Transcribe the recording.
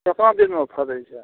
केतना दिनमे फरै छै